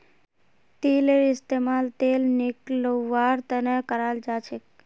तिलेर इस्तेमाल तेल निकलौव्वार तने कराल जाछेक